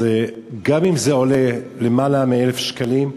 אז גם אם זה עולה למעלה מ-1,000 שקלים,